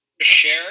share